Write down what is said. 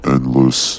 Endless